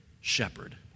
shepherd